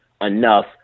enough